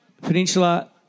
Peninsula